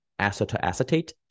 acetoacetate